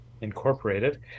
incorporated